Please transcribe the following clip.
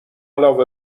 علاوه